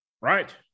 Right